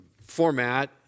format